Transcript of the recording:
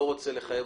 אני רוצה ללכת